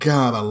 God